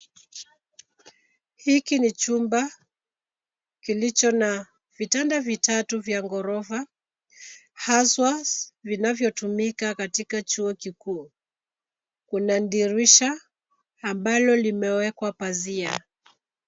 Hiki ni chumba kilicho na vitanda vitatu vya ghorofa haswa vinavyotumika katika chuo kikuu. Kuna dirisha ambalo limewekwa pazia.